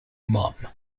mum